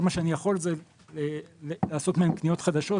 כל מה שאני יכול לעשות זה לעשות מהם קניות חדשות,